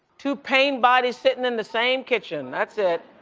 two pain-bodies sitting in the same kitchen. that's it.